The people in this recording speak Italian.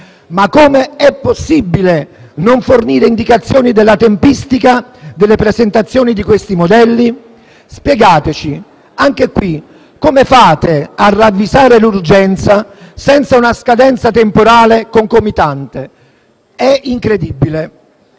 Ma come è possibile non fornire indicazioni della tempistica delle presentazioni di questi modelli? Spiegateci. Anche qui, come fate a ravvisare l'urgenza senza una scadenza temporale concomitante? È incredibile.